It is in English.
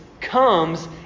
comes